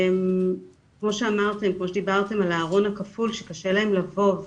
כמו שדיברתם על הארון הכפול שקשה להם לבוא,